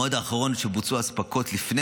המועד האחרון שבו בוצעו אספקות לפני